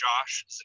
Josh